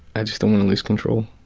i just don't wanna lose control.